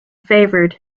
favoured